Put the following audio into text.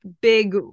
big